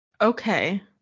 okay